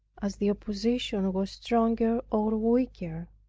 as the opposition was stronger or weaker